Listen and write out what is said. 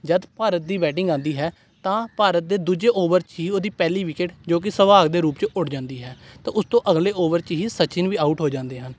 ਜਦ ਭਾਰਤ ਦੀ ਬੈਟਿੰਗ ਆਉਂਦੀ ਹੈ ਤਾਂ ਭਾਰਤ ਦੇ ਦੂਜੇ ਓਵਰ 'ਚ ਹੀ ਉਹਦੀ ਪਹਿਲੀ ਵਿਕਟ ਜੋ ਕਿ ਸਹਿਵਾਗ ਦੇ ਰੂਪ 'ਚ ਉੱਡ ਜਾਂਦੀ ਹੈ ਤਾਂ ਉਸ ਤੋਂ ਅਗਲੇ ਓਵਰ 'ਚ ਹੀ ਸਚਿਨ ਵੀ ਆਊਟ ਹੋ ਜਾਂਦੇ ਹਨ